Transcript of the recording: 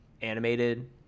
animated